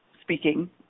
speaking